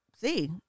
see